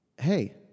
hey